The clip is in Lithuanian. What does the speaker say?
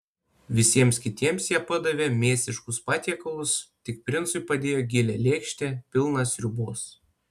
visiems kitiems jie padavė mėsiškus patiekalus tik princui padėjo gilią lėkštę pilną sriubos